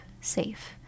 safe